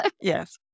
yes